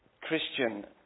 Christian